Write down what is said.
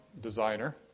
designer